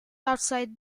outside